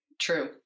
True